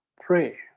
Pray